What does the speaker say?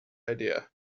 idea